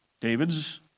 David's